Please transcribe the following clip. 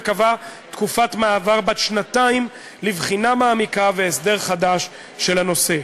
וקבעה תקופת מעבר בת שנתיים לבחינה מעמיקה והסדר חדש של הנושא.